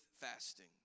fasting